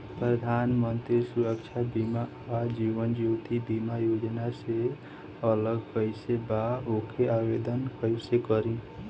प्रधानमंत्री सुरक्षा बीमा आ जीवन ज्योति बीमा योजना से अलग कईसे बा ओमे आवदेन कईसे करी?